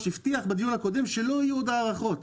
הבטיח בדיון הקודם שלא יהיו עוד הארכות.